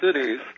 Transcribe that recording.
cities